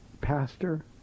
pastor